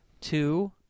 Two